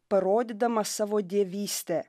parodydamas savo dievystę